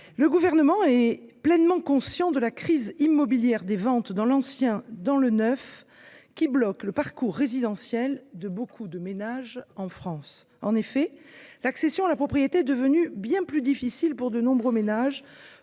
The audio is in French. Le Gouvernement est pleinement conscient de la crise immobilière des ventes dans l’ancien et le neuf, qui bloque le parcours résidentiel de beaucoup de ménages en France. En effet, l’accession à la propriété est devenue bien plus difficile pour de nombreux ménages,